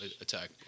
attack